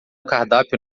cardápio